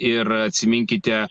ir atsiminkite